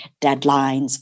deadlines